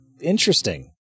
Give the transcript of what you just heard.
interesting